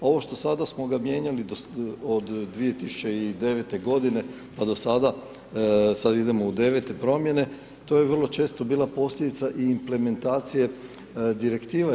Ovo što sada smo ga mijenjali od 2009. g. pa do sada, sada idemo u 9 promjene, to je vrlo često bila i posljedica i implementacije direktiva EU.